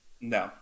No